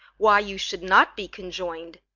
why you should not be conjoined,